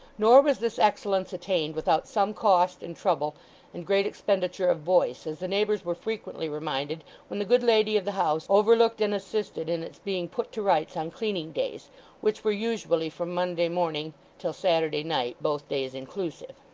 nor was this excellence attained without some cost and trouble and great expenditure of voice, as the neighbours were frequently reminded when the good lady of the house overlooked and assisted in its being put to rights on cleaning days which were usually from monday morning till saturday night, both days inclusive.